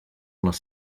les